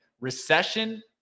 Recession